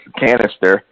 canister